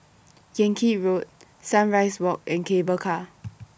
Yan Kit Road Sunrise Walk and Cable Car